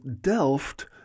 Delft